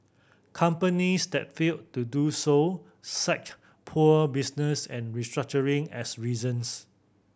companies that failed to do so cited poor business and restructuring as reasons